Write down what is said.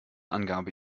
angabe